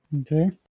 Okay